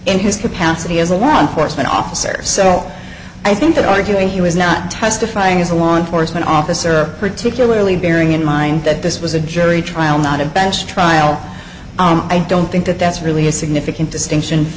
in his capacity as a law enforcement officer so i think that arguing he was not testifying as a law enforcement officer particularly bearing in mind that this was a jury trial not a bench trial i don't think that that's really a significant distinction